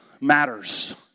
matters